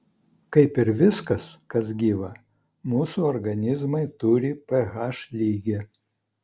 kaip ir viskas kas gyva mūsų organizmai turi ph lygį